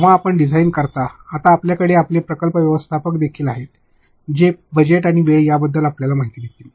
जेव्हा आपण डिझाइन करता तेव्हा आता आपल्याकडे आपले प्रकल्प व्यवस्थापक देखील आहेत जे बजेट आणि वेळ याबद्दल आपल्याला माहिती देतील